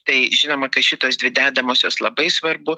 tai žinoma kad šitos dvi dedamosios labai svarbu